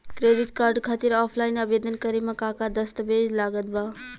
Credit card खातिर offline आवेदन करे म का का दस्तवेज लागत बा?